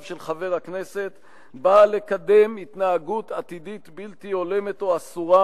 של חבר הכנסת באה לקדם התנהגות עתידית בלתי הולמת או אסורה,